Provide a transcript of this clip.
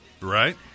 Right